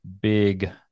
big